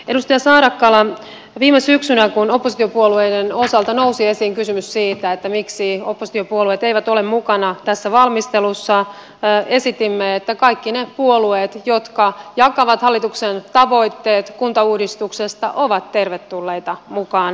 edustaja saarakkala viime syksynä kun oppositiopuolueiden osalta nousi esiin kysymys siitä miksi oppositiopuolueet eivät ole mukana tässä valmistelussa esitimme että kaikki ne puolueet jotka jakavat hallituksen tavoitteet kuntauudistuksesta ovat tervetulleita mukaan valmisteluun